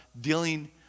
dealing